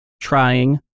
trying